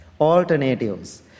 alternatives